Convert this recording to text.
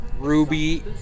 Ruby